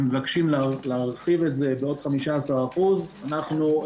הם מבקשים להרחיב את זה בעוד 15%. אנחנו,